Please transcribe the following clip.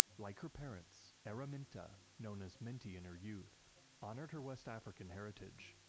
like her parents, araminta known as minty in her youth honored her west african heritage,